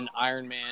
Ironman